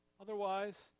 Otherwise